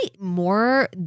more